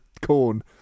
corn